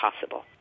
possible